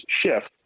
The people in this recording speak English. shift